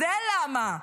זה למה.